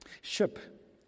Ship